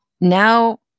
now